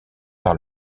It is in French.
par